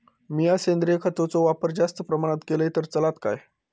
मीया सेंद्रिय खताचो वापर जास्त प्रमाणात केलय तर चलात काय?